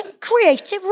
Creative